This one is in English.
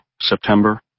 September